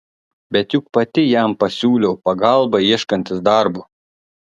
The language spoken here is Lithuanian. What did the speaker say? bet juk pati jam pasiūliau pagalbą ieškantis darbo